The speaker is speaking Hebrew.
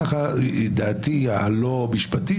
ככה דעתי הלא משפטית.